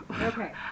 okay